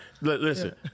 Listen